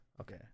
Okay